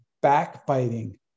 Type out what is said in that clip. backbiting